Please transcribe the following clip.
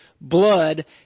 blood